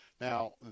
Now